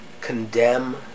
condemn